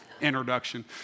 introduction